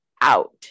out